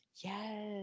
Yes